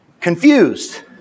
Confused